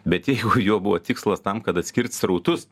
bet jeigu jo buvo tikslas tam kad atskirt srautus